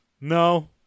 No